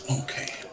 Okay